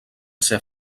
ser